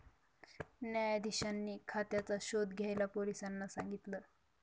न्यायाधीशांनी खात्याचा शोध घ्यायला पोलिसांना सांगितल